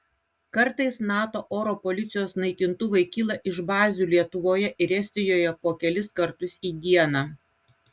kartais nato oro policijos naikintuvai kyla iš bazių lietuvoje ir estijoje po kelis kartus į dieną